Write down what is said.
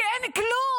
כי אין כלום.